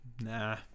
nah